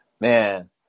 Man